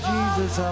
Jesus